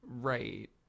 right